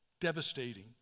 devastating